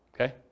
Okay